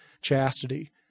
chastity